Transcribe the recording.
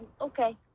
okay